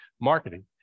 marketing